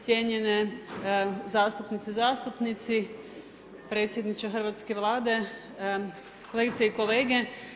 Cijenjene zastupnice i zastupnici, predsjedniče hrvatske Vlade, kolegice i kolege.